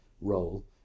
role